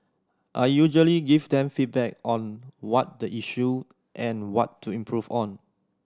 I usually give them feedback on what the issue and what to improve on